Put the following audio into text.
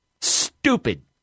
Stupid